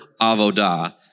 Avodah